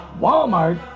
Walmart